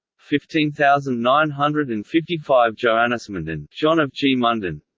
fifteen thousand nine hundred and fifty five johannesgmunden johannesgmunden